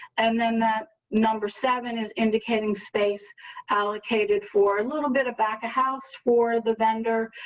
and then that number seven is indicating space allocated for a little bit of back a house for the vendor,